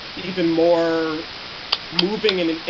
even more moving and